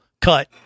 cut